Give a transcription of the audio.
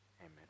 Amen